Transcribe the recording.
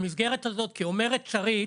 אומרת שרית